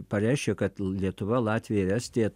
pareiškia kad lietuva latvija ir estija